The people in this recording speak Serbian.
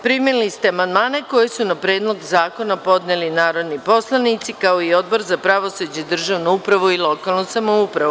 Primili ste amandmane koji su na Predlog zakona podneli narodni poslanici, kao i Odbor za pravosuđe, državnu upravu i lokalnu samoupravu.